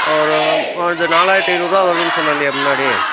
ஒரு இது நாலாயிரத்து ஐந்நூறுரூவா வருன்னு சொன்னேன் இல்லையா முன்னாடி